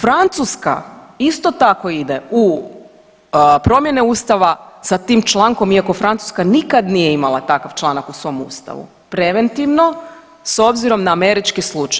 Francuska isto tako ide u promjene Ustava sa tim člankom iako Francuska nikad nije imala takav članak u svom Ustavu, preventivno, s obzirom na američki slučaj.